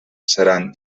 seran